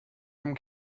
from